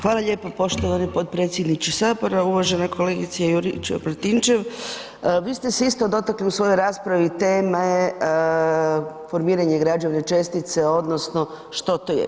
Hvala lijepo poštovani potpredsjedniče HS, uvažena kolegice Juričev Martinčev, vi ste se isto dotakli u svojoj raspravi teme formiranje građevne čestice odnosno što to je.